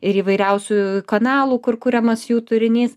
ir įvairiausių kanalų kur kuriamas jų turinys